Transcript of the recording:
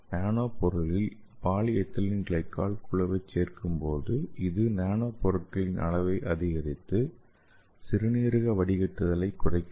நானோ பொருளில் polyethylene glycol குழுவைச் சேர்க்கும்போது இது நானோ பொருட்களின் அளவை அதிகரித்து சிறுநீரக வடிகட்டுதலை குறைக்கிறது